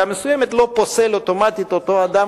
מסוימת לא פוסל אוטומטית את אותו אדם,